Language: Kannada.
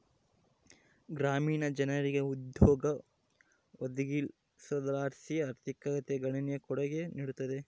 ಗ್ರಾಮೀಣ ಜನರಿಗೆ ಉದ್ಯೋಗ ಒದಗಿಸೋದರ್ಲಾಸಿ ಆರ್ಥಿಕತೆಗೆ ಗಣನೀಯ ಕೊಡುಗೆ ನೀಡುತ್ತದೆ